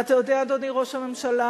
ואתה יודע, אדוני ראש הממשלה?